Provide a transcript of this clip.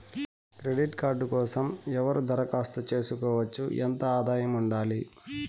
Credit card కోసం ఎవరు దరఖాస్తు చేసుకోవచ్చు? ఎంత ఆదాయం ఉండాలి?